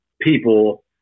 people